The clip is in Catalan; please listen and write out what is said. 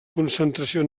concentració